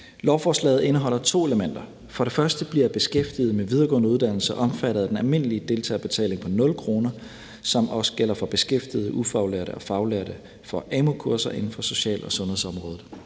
Lovforslaget indeholder to elementer. For det første bliver beskæftigede med videregående uddannelser omfattet af den almindelige deltagerbetaling på 0 kr., som også gælder for beskæftigede ufaglærte og faglærte, for amu-kurser inden for social- og sundhedsområdet.